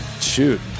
Shoot